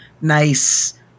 nice